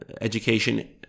education